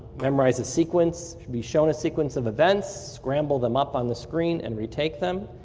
memorize the sequence, be shown a sequence of events, scramble them up on the screen and retake them.